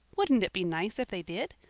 wouldn't it be nice if they did?